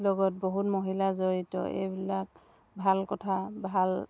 লগত বহুত মহিলা জড়িত এইবিলাক ভাল কথা ভাল